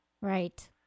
right